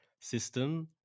system